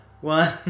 one